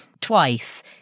twice